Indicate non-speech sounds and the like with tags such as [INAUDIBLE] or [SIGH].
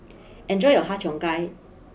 [NOISE] enjoy your Har Cheong Gai